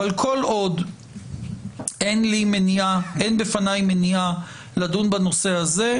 אבל כל עוד אין בפניי מניעה לדון בנושא הזה,